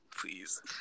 Please